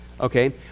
okay